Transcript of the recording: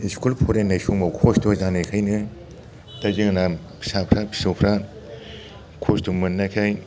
school फरायनाय समाव खस्थ' जानायखायनो दा जोंना फिसाफ्रा फिसौफ्रा खस्थ' मोन्नायखाय